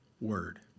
word